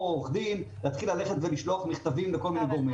עורך דין ולהתחיל לשלוח מכתבים לכל מיני גורמים.